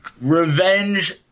Revenge